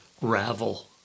ravel